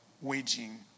waging